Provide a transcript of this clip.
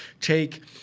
take